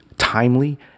timely